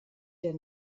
der